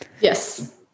Yes